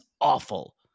awful